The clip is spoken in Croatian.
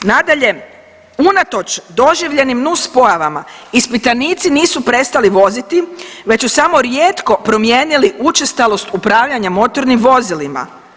Nadalje, unatoč doživljenim nuspojavama ispitanici nisu prestali voziti već su samo rijetko promijenili učestalost upravljanja motornim vozilima.